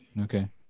Okay